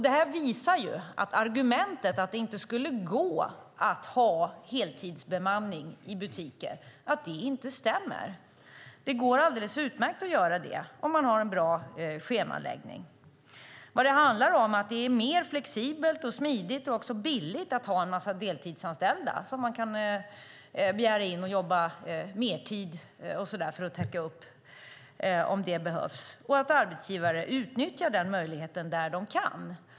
Detta visar att argumentet att det inte skulle gå att ha heltidsbemanning i butiker inte stämmer. Det går alldeles utmärkt att göra det om man har en bra schemaläggning. Vad det handlar om är att det är mer flexibelt, smidigt och billigt att ha en massa deltidsanställda som man kan begära in för mertidsjobb för att täcka upp om det behövs. Arbetsgivare utnyttjar den möjligheten där de kan.